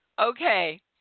Okay